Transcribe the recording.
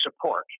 support